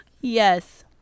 Yes